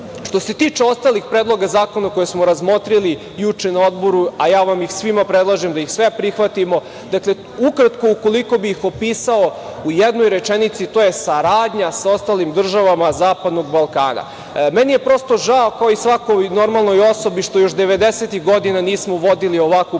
se tiče ostalih predloga zakona koje smo razmotrili juče na Odboru, a ja vam ih svima predlažem da ih sve prihvatimo. Dakle, ukratko, ukoliko bih opisao u jednoj rečenici to je saradnja sa ostalim državama Zapadnog Balkana. Meni je prosto žao, kao i svakoj normalnoj osobi, što još 90-ih godina nismo vodili ovakvu politiku.